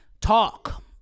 Talk